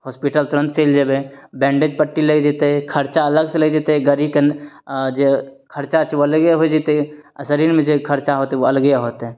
hospital तुरंत चलि जेबै बैंडेज पट्टी लागि जेतै खर्चा अलग से लागि जेतय गड़ी के जे खर्चा छै ओ अलगे होइ जेतै आ शरीरमे जे खर्चा होतै ओ अलगे होतै